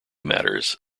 matters